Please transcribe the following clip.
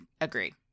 agree